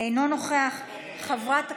אינו נוכח, חברת,